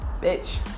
bitch